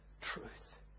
truth